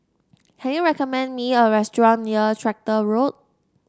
can you recommend me a restaurant near Tractor Road